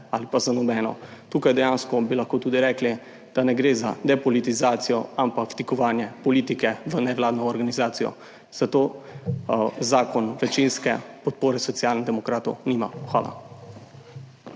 ali pa za nobeno. Tukaj bi dejansko lahko tudi rekli, da ne gre za depolitizacijo, ampak vtikovanje politike v nevladno organizacijo. Zato zakon večinske podpore Socialnih demokratov nima. Hvala.